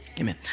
Amen